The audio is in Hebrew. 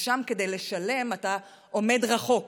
ששם כדי לשלם אתה עומד רחוק